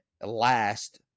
last